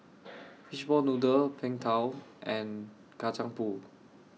Fishball Noodle Png Tao and Kacang Pool